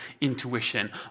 intuition